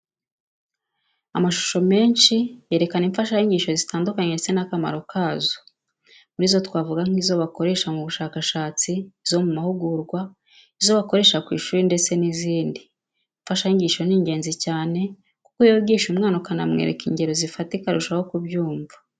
Amashusho menshi yerekana imfashanyigisho zitandukanye ndetse n'akamaro kazo. Muri zo twavuga nk'izo bakoresha mu bushakashatsi, izo mu mahugurwa, izo bakoresha ku ishuri ndetse n'izindi. Imfashanyigisho ni ingenzi cyane kuko iyo wigisha umwana ukanamwereka ingero zifatika arushaho kubyumva.